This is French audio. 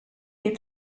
les